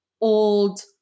old